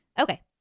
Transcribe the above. Okay